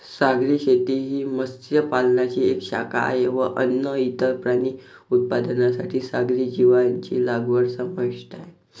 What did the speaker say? सागरी शेती ही मत्स्य पालनाची एक शाखा आहे व अन्न, इतर प्राणी उत्पादनांसाठी सागरी जीवांची लागवड समाविष्ट आहे